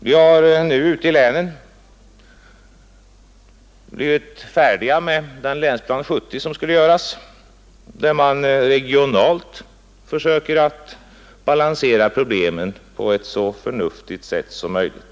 Vi har nu ute i länen blivit färdiga med Länsplan 70, där man regionalt försöker balansera problemen på ett så förnuftigt sätt som möjligt.